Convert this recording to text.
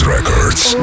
Records